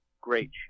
great